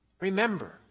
Remember